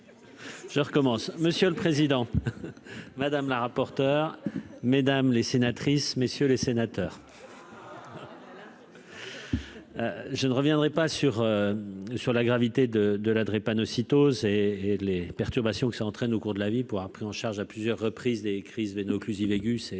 Je recommence, monsieur le président, madame la rapporteure mesdames les sénatrices, messieurs les sénateurs. Je ne reviendrai pas sur, sur la gravité de de la drépanocytose et les perturbations que ça entraîne au cours de la vie pour pris en charge à plusieurs reprises des crises veino occlusive aiguë,